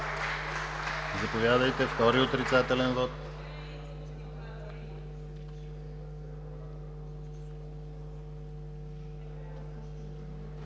Заповядайте за втори отрицателен вот.